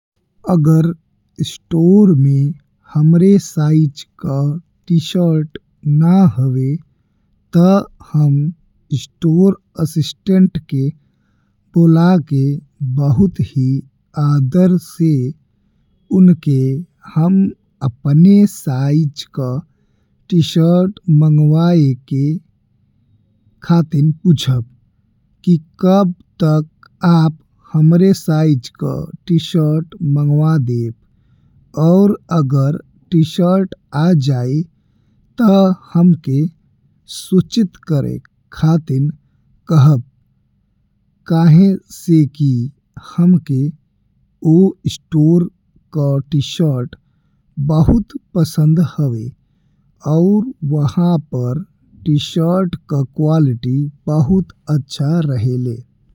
अगर स्टोर में हमरे साइज का टी-शर्ट ना हवे ता हम स्टोर असिस्टेंट के बोला के बहुत ही आदर से उनका हम अपने साइज का टी-शर्ट मंगवाए खातिर पुछब। कि कब तक आप हमरे साइज का टी-शर्ट मंगवा देब और अगर टी-शर्ट आ जाई। ता हमके सूचित करे खातिर कहब, काहे से कि हमके वो स्टोर का टी-शर्ट बहुत पसंद हवे और वहां पर टी-शर्ट का क्वालिटी बहुत अच्छा रहेले।